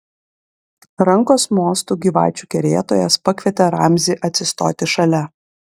rankos mostu gyvačių kerėtojas pakvietė ramzį atsistoti šalia